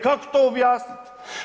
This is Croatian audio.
Kako to objasnit?